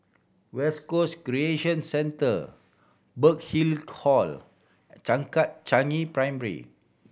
West Coast Recreation Centre Burhill Call and Changkat Primary